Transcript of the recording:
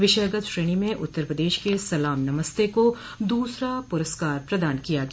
विषयगत श्रेणी में उत्तर प्रदेश के सलाम नमस्ते को दूसरा पुरस्कार प्रदान किया गया